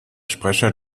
sprecher